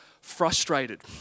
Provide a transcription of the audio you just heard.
frustrated